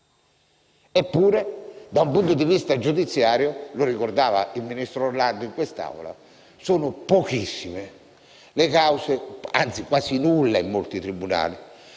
Eppure, dal punto di vista giudiziario - lo ha ricordato il ministro Orlando in quest'Aula - sono pochissime, anzi quasi nulle in molti tribunali,